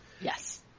Yes